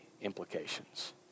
implications